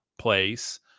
place